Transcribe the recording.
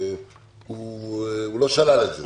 הוא לא שלל את זה.